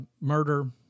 Murder